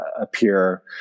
appear